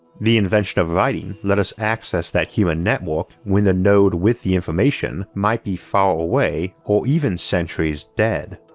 the invention of writing let us access that human network when the node with the information might be far away or even centuries dead.